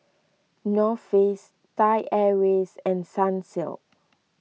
North Face Thai Airways and Sunsilk